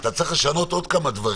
אתה צריך לשנות עוד כמה דברים,